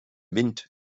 wind